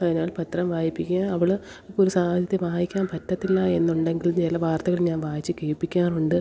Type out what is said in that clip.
അതിനാൽ പത്രം വായിപ്പിക്കാൻ അവൾ ഇപ്പമൊരു സാധനത്തിൽ വായിക്കാൻ പറ്റത്തില്ല എന്നുണ്ടെങ്കിൽ ചില വാർത്തകൾ ഞാൻ വായിച്ച് കേൾപ്പിക്കാറുണ്ട്